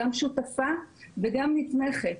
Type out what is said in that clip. גם שותפה וגם נתמכת,